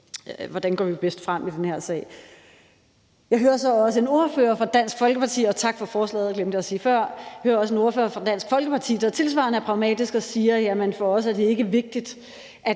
hvordan går vi bedst frem i den her sag? Jeg hører så også en ordfører fra Dansk Folkeparti – og tak for forslaget; det glemte jeg at sige før – der tilsvarende er pragmatisk og siger: Jamen for os er det ikke vigtigt,